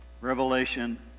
Revelation